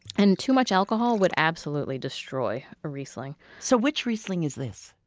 and too much alcohol would absolutely destroy a riesling so which riesling is this?